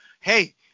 hey